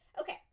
Okay